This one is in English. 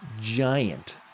giant